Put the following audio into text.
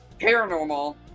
paranormal